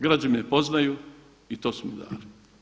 Građani me poznaju i to su mi dali.